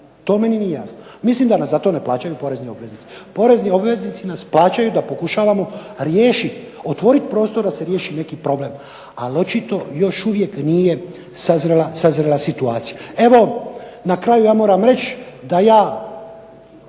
to meni nije jasno. Milim da nas za to ne plaćaju porezni obveznici. Porezni obveznici nas plaćaju da pokušamo riješiti otvoriti prostor da se riješi neki problem. Ali očito još uvijek nije sazrela situacija. Na kraju vam moram reći da ja